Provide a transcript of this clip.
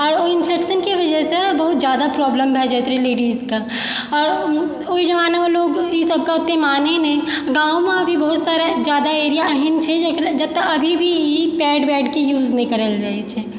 आओर ओ इन्फेक्शनके वजहसँ बहुत जादा प्रॉब्लम भए जाइत रहय लेडीजके आओर ओइ जमानामे लोग ई सबके ओते मानय नहि गाँवमे अभी बहुत सारा जादा एरिया एहन छै जेक जेतऽ अभी भी पैड वैडके यूज नहि करल जाइ छै